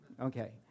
Okay